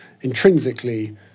intrinsically